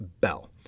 Bell